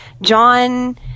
John